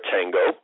Tango